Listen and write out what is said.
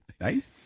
Nice